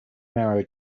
marrow